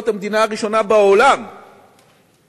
להיות המדינה הראשונה בעולם המפותח,